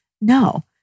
No